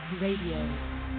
Radio